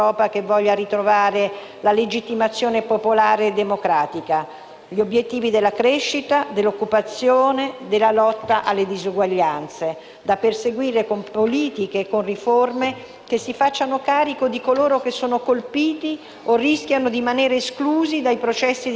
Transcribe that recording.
agli obiettivi della crescita, dell'occupazione e della lotta alle diseguaglianze, da perseguire con politiche e con riforme che si facciano carico di coloro che sono colpiti o rischiano di rimanere esclusi dai processi di globalizzazione e dall'impatto della rivoluzione digitale.